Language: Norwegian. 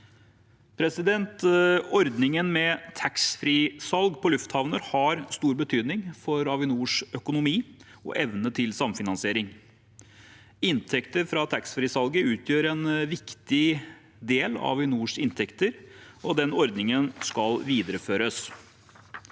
lufthavnnett. Ordningen med taxfree-salg på lufthavner har stor betydning for Avinors økonomi og evne til samfinansiering. Inntekter fra taxfree-salget utgjør en viktig del av Avinors inntekter, og den ordningen skal videreføres.